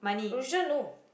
which one no